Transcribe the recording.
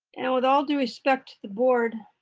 and with all due respect to the board,